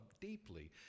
deeply